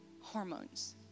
hormones